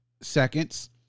seconds